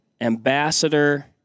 ambassador